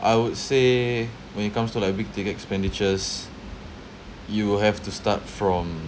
I would say when it comes to like big ticket expenditures you will have to start from